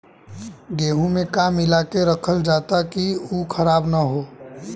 गेहूँ में का मिलाके रखल जाता कि उ खराब न हो?